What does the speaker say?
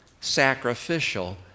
sacrificial